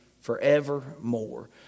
forevermore